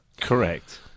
Correct